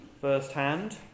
firsthand